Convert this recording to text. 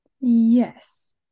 Yes